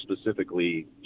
specifically